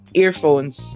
earphones